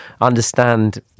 understand